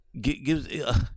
gives